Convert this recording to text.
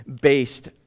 based